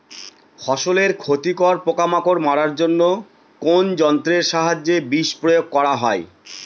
ফসলের ক্ষতিকর পোকামাকড় মারার জন্য কোন যন্ত্রের সাহায্যে বিষ প্রয়োগ করা হয়?